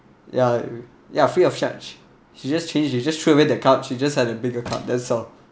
ya ya free of charge she just changed she just throw away the cup she just had a bigger cup that's all